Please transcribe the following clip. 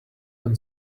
when